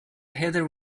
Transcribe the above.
heather